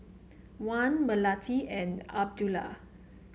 Wan Melati and Abdullah